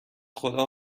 خدا